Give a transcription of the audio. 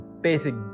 basic